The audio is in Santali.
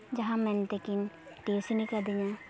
ᱡᱟᱦᱟᱸ ᱢᱮᱱᱛᱮᱠᱤᱱ ᱴᱤᱭᱩᱥᱤᱱᱤ ᱠᱟᱫᱤᱧᱟ